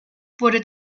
wurde